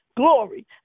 glory